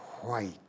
white